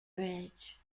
bridge